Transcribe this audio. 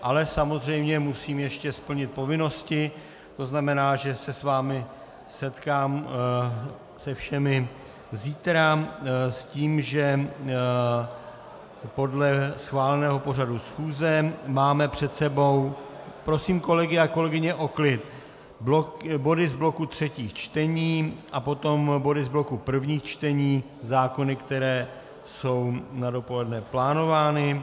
Ale samozřejmě musím ještě splnit povinnosti, to znamená, že se s vámi setkám se všemi zítra s tím, že podle schváleného pořadu schůze máme před sebou prosím kolegy a kolegyně o klid body z bloku třetích čtení, potom body z bloku prvních čtení, zákony, které jsou na dopoledne plánovány.